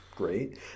Great